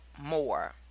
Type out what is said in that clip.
more